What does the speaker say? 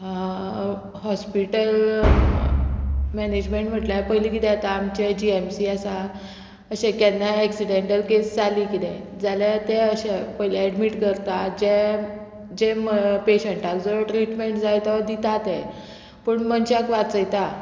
hospital management म्हटल्यार पयली कितें जाता आमचे जी एम सी आसा अशें केन्ना एक्सिडेंटल केस जाली किदें जाल्यार ते अशें पयले एडमीट करता जे जे पेशंटाक जो ट्रिटमेंट जाय तो दिता ते पूण मनशाक वाचयता